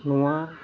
ᱱᱚᱣᱟ